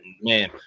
man